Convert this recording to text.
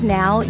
now